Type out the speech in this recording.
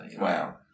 Wow